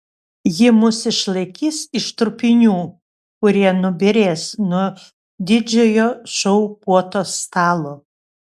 ji mus išlaikys iš trupinių kurie nubyrės nuo didžiojo šou puotos stalo